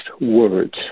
words